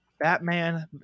Batman